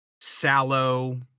sallow